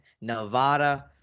Nevada